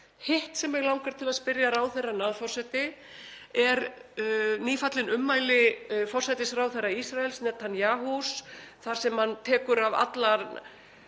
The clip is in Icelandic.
Hitt sem mig langar til að spyrja ráðherrann að, forseti, eru nýfallin ummæli forsætisráðherra Ísraels, Netanyahus, þar sem hann tekur af allan